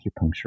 acupuncture